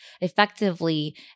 effectively